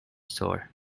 store